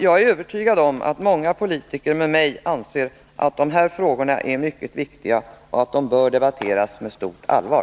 Jag är övertygad om att många politiker med mig anser att dessa frågor är mycket viktiga och att de bör debatteras med stort allvar.